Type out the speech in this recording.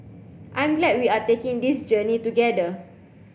I'm glad we are taking this journey together